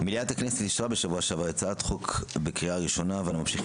מליאת הכנסת אישרה בשבוע שעבר הצעת חוק בקריאה ראשונה ואנחנו ממשיכים